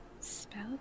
Spell